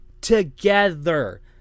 together